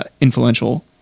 influential